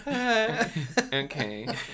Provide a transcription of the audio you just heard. Okay